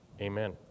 Amen